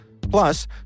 Plus